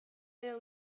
behera